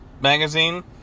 magazine